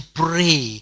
pray